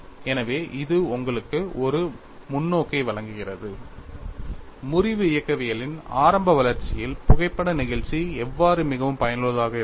எனவே இது உங்களுக்கு ஒரு முன்னோக்கை வழங்குகிறது முறிவு இயக்கவியலின் ஆரம்ப வளர்ச்சியில் புகைப்பட நெகிழ்ச்சி எவ்வாறு மிகவும் பயனுள்ளதாக இருந்தது